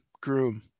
Groom